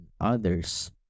others